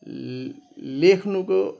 ले लेख्नुको